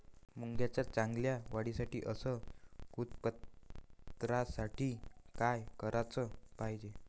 मुंगाच्या चांगल्या वाढीसाठी अस उत्पन्नासाठी का कराच पायजे?